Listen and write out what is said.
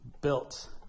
built